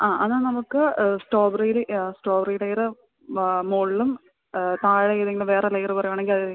ആ അതാ നമുക്ക് സ്ട്രോബെറീൽ സ്ട്രോബെറി ലെയറ് മോൾളും താഴെ ഏതെങ്കിലും വേറെ ലെയറ് പറയാണെങ്കിൽ അത് മതി